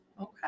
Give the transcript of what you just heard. Okay